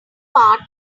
part